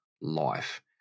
life